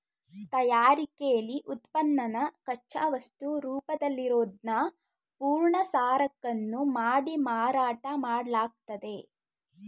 ತಯಾರಿಕೆಲಿ ಉತ್ಪನ್ನನ ಕಚ್ಚಾವಸ್ತು ರೂಪದಲ್ಲಿರೋದ್ನ ಪೂರ್ಣ ಸರಕನ್ನು ಮಾಡಿ ಮಾರಾಟ ಮಾಡ್ಲಾಗ್ತದೆ